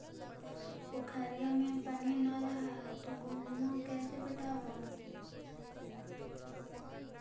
पोखरिया मे पनिया न रह है तो गेहुमा कैसे पटअब हो?